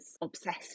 obsessed